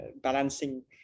balancing